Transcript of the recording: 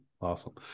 Awesome